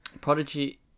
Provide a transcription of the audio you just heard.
Prodigy